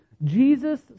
Jesus